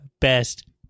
Best